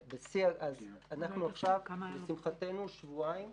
אנחנו עכשיו, לשמחתנו, שבועיים